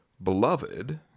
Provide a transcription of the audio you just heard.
beloved